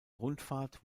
rundfahrt